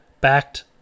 backed